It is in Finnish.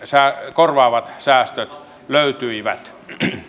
korvaavat säästöt löytyivät